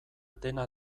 dena